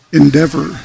endeavor